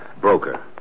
Broker